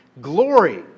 Glory